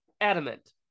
adamant